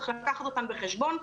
צריך לקחת אותם בחשבון.